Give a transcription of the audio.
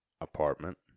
Apartment